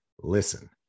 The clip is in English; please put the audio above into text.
listen